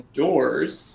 doors